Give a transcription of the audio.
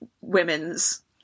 women's